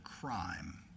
crime